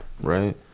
Right